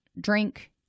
drink